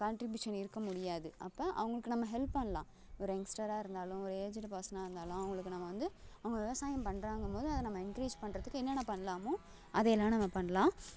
contribution இருக்க முடியாது அப்போ அவர்களுக்கு நம்ம ஹெல்ப் பண்ணலாம் ஒரு எங்ஸ்டராக இருந்தாலும் ஒரு ஏஜுடு பர்சனாக இருந்தாலும் அவர்களுக்கு நம்ம வந்து அவங்கள் விவசாயம் பண்ணுறாங்கம்போது அதை நம்ம என்கரேஜ் பண்ணுறதுக்கு என்னென்ன பண்ணலாமோ அதையெல்லாம் நம்ம பண்ணலாம்